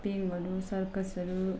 पिङहरू सर्कसहरू